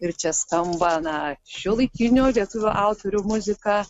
ir čia skamba na šiuolaikinių lietuvių autorių muzika